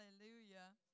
Hallelujah